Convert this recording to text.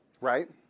Right